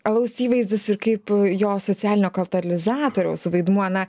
alaus įvaizdis ir kaip jo socialinio katalizatoriaus vaidmuo na